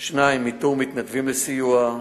2. איתור מתנדבים לסיוע,